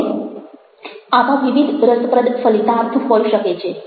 હવે આવા વિવિધ રસપ્રદ ફલિતાર્થ હોઈ શકે છે